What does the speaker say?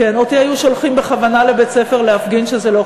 אותי היו שולחים בכוונה לבית-הספר להפגין שזה לא,